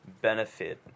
benefit